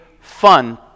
fun